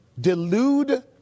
delude